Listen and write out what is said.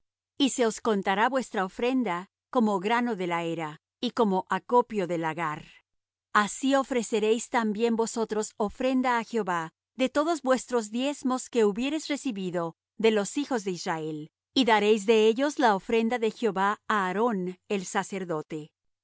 y se os contará vuestra ofrenda como grano de la era y como acopio del lagar así ofreceréis también vosotros ofrenda á jehová de todos vuestros diezmos que hubiereis recibido de los hijos de israel y daréis de ellos la ofrenda de jehová á aarón el sacerdote